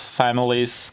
families